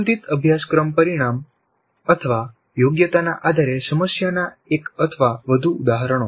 સંબંધિત અભ્યાસક્રમ પરિણામયોગ્યતાના આધારે સમસ્યાના એક અથવા વધુ ઉદાહરણો